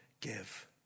give